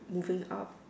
moving up